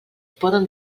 poden